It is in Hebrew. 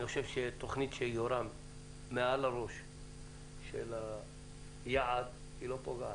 תוכנית שיורה מעל לראש היעד, לא פוגעת.